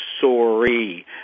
Sorry